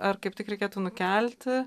ar kaip tik reikėtų nukelti